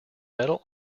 metal